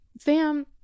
fam